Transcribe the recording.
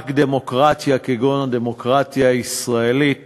רק דמוקרטיה כגון הדמוקרטיה הישראלית